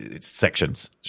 sections